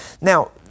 Now